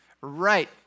Right